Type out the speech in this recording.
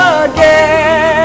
again